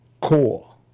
CORE